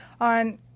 on